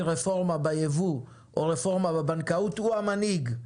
רפורמה ביבוא או רפורמה בבנקאות הוא המנהיג.